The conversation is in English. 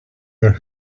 their